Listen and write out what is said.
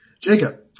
Jacob